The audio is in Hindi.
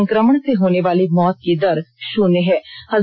जबकि संक्रमण से होने वाले मौत की दर शून्य है